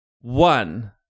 One